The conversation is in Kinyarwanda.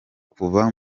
kuva